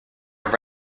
are